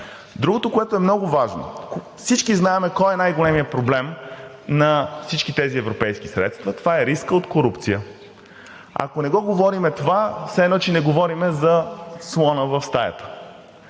Другото, което е много важно: всички знаем кой е най-големият проблем на всички тези европейски средства – това е рискът от корупция. Ако не го говорим това, все едно, че не говорим за слона в стаята.